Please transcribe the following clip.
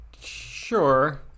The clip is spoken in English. sure